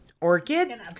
orchid